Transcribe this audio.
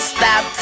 Stop